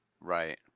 Right